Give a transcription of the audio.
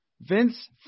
Vince